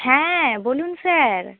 হ্যাঁ বলুন স্যার